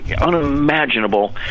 unimaginable